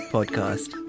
Podcast